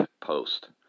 post